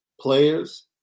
players